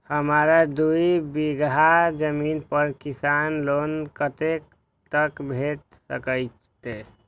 हमरा दूय बीगहा जमीन पर किसान लोन कतेक तक भेट सकतै?